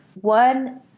one